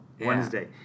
Wednesday